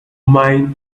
mine